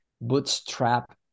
bootstrap